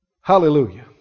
Hallelujah